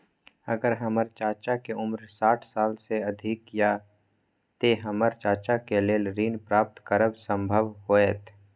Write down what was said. अगर हमर चाचा के उम्र साठ साल से अधिक या ते हमर चाचा के लेल ऋण प्राप्त करब संभव होएत?